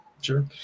Sure